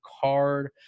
card